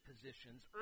positions